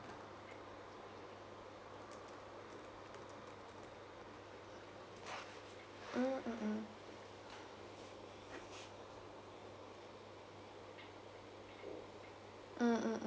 mm mm mm mm mm mm